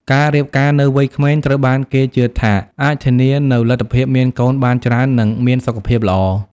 ការរៀបការនៅវ័យក្មេងត្រូវបានគេជឿថាអាចធានានូវលទ្ធភាពមានកូនបានច្រើន និងមានសុខភាពល្អ ។